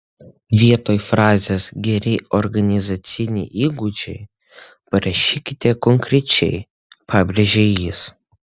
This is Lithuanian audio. vietoj frazės geri organizaciniai įgūdžiai parašykite konkrečiai pabrėžia jis